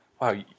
Wow